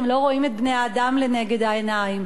אתם לא רואים את בני-האדם לנגד העיניים.